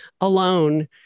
alone